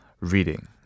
reading